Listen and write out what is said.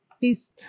Peace